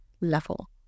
level